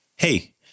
Hey